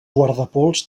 guardapols